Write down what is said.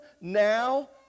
now